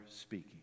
speaking